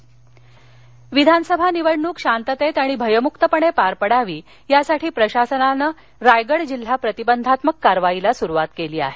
अलिबाग कारवाई विधानसभा निवडणुक शांततेत आणि भयमुक्तपणे पार पडावी यासाठी प्रशासनानं रायगड जिल्हा प्रतिबंधात्मक कारवाईला सुरुवात केली आहे